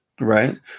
Right